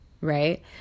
right